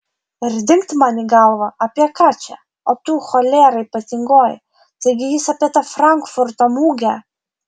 ir dingt man į galvą apie ką čia o tu cholera ypatingoji taigi jis apie tą frankfurto mugę